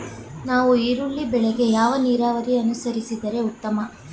ನಾವು ಈರುಳ್ಳಿ ಬೆಳೆಗೆ ಯಾವ ನೀರಾವರಿ ಅನುಸರಿಸಿದರೆ ಉತ್ತಮ?